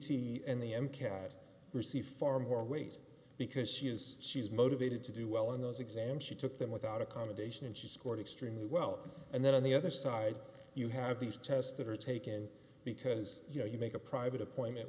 the m cat receive far more weight because she is she's motivated to do well in those exams she took them without accommodation and she scored extremely well and then on the other side you have these tests that are taken because you know you make a private appointment